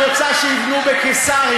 כי את רוצה שיבנו בקיסריה,